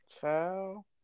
Ciao